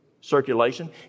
circulation